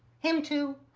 him too,